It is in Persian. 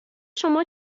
شما